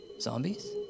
zombies